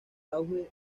auge